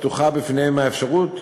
פתוחה בפניהם האפשרות,